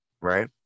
Right